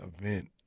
event